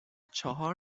چهار